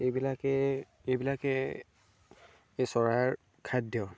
এইবিলাকে এইবিলাকে এই চৰাইৰ খাদ্য